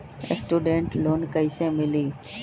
Student loan कैसे मिली?